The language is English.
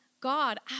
God